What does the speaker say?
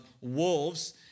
wolves